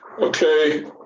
okay